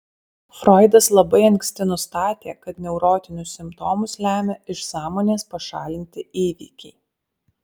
froidas labai anksti nustatė kad neurotinius simptomus lemia iš sąmonės pašalinti įvykiai